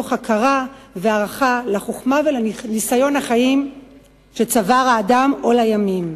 מתוך הכרה והערכה לחוכמה ולניסיון החיים שצבר האדם הבא בימים.